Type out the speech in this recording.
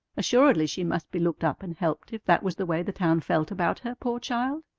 assuredly she must be looked up and helped if that was the way the town felt about her, poor child!